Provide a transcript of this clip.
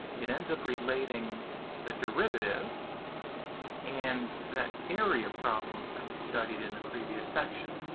it ends up relating the derivative and that area problem that we studied in the previous section.